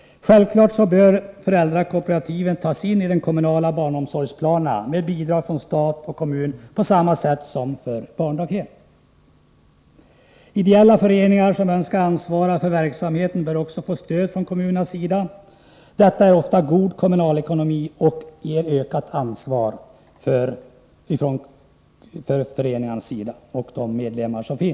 Självfallet bör föräldrakooperativen tas in i de kommunala barnomsorgsplanerna och få bidrag från stat och kommun på samma sätt som de kommunala daghemmen. Ideella föreningar som önskar ansvara för verksamheter bör också få stöd från kommunernas sida. Detta är ofta god kommunalekonomi och ger ökat ansvar åt föreningarna.